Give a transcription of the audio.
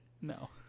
no